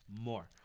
more